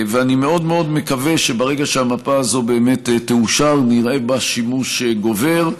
אני מאוד מאוד מקווה שברגע שהמפה הזאת באמת תאושר נראה בה שימוש גובר.